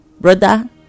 brother